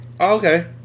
Okay